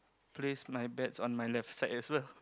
place my bets on my left side as well